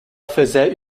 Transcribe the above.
faisait